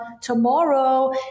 tomorrow